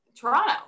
Toronto